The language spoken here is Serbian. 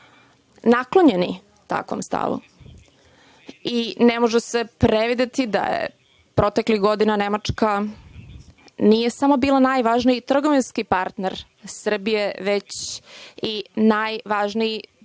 naklonjeni takvom stavu i ne može se prevideti da proteklih godina Nemačka nije bila samo najvažniji trgovinski partner Srbije, već i najvažniji